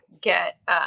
get